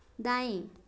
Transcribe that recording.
दाएँ